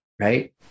Right